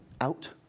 out